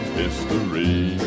history